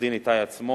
עורך-דין איתי עצמון,